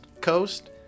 Coast